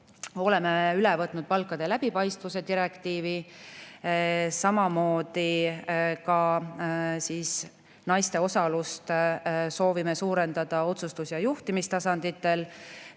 Oleme üle võtnud palkade läbipaistvuse direktiivi. Samamoodi soovime naiste osalust suurendada otsustus‑ ja juhtimistasandil.